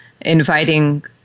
inviting